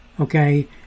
Okay